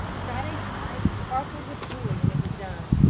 friday's eyes sparkled with joy when it was done.